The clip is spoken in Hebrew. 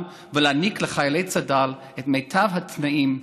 ולהעניק לחיילי צד"ל את מיטב התנאים,